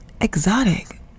exotic